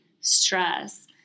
stress